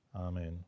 amen